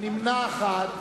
נמנע אחד.